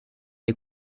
est